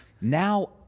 now